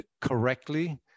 correctly